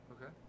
Okay